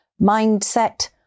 mindset